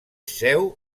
seu